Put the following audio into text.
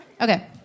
Okay